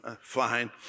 Fine